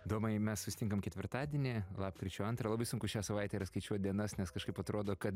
domai mes susitinkam ketvirtadienį lapkričio antrą labai sunku šią savaitę yra skaičiuot dienas nes kažkaip atrodo kad